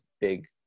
big